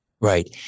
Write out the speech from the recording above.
Right